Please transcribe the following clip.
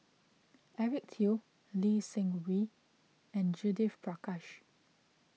Eric Teo Lee Seng Wee and Judith Prakash